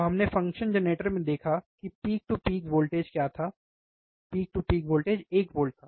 तो हमने function generator में देखा कि पीक टू पीक वोल्टेज क्या था पीक टू पीक वोल्टेज एक वोल्ट था